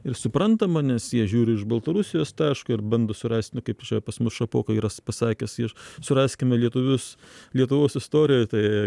ir suprantama nes jie žiūri iš baltarusijos taško ir bando surast nu kaip čia pas mus šapoka yra pasakęs jis suraskime lietuvius lietuvos istorijoj tai